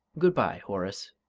good-bye, horace,